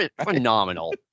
phenomenal